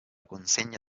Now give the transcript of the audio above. consegna